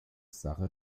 sache